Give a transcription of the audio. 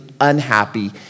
unhappy